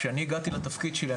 כשאני הגעתי לתפקיד שלי,